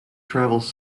travels